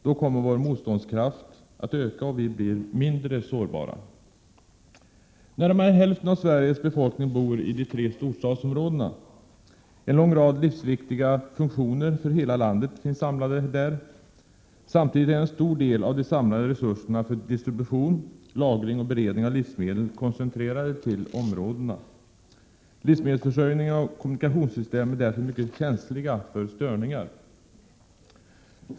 Då kommer vår motståndskraft att öka, och vi blir mindre sårbara. Närmare hälften av Sveriges befolkning bor i de tre storstadsområdena. En lång rad livsviktiga funktioner för hela landet finns samlade där. Samtidigt är en stor del av de samlade resurserna för distribution, lagring och beredning av livsmedel koncentrerade till områdena. Livsmedelsförsörjning och kommunikationssystem är därför mycket känsliga för störningar.